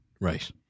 Right